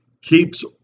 keeps